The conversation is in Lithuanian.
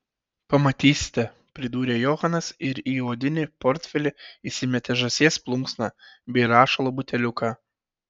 pamatysite pridūrė johanas ir į odinį portfelį įsimetė žąsies plunksną bei rašalo buteliuką